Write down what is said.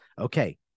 okay